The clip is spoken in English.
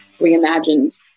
reimagined